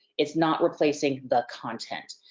it's not replacing the content.